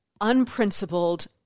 unprincipled